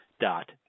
dot